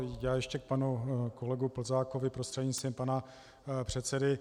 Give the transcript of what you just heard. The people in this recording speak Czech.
Já ještě k panu kolegu Plzákovi prostřednictvím pana předsedy.